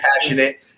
passionate